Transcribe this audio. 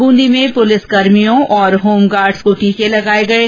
बूंदी में पुलिसकर्भियों और होमगार्ड्स को टीके लगाये गये